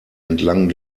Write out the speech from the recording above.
entlang